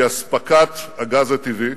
היא אספקת הגז הטבעי.